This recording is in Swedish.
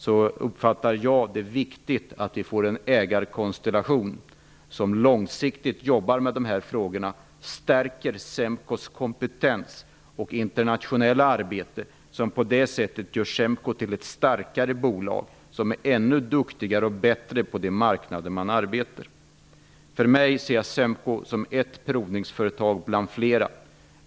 Jag uppfattar det som viktigt att det blir en ägarkonstellation som långsiktigt jobbar med dessa frågor och stärker SEMKO:s kompetens och internationella arbete. På det sättet kan ägarna göra SEMKO till ett starkare bolag som blir ännu duktigare på de marknader som man arbetar på. Jag ser SEMKO som ett provningsföretag bland flera.